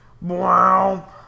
Wow